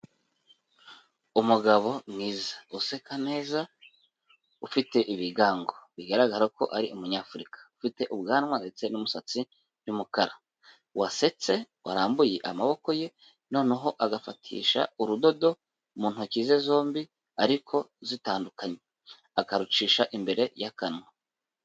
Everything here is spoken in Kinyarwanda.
Umugabo mwiza useka neza ufite ibigango bigaragara ko ari umunyafurika, ufite ubwanwa ndetse n'umusatsi by'umukara, wasetse, warambuye amaboko ye noneho agafatisha urudodo mu ntoki ze zombi ariko zitandukanye akarucisha imbere y'akanwa.